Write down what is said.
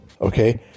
okay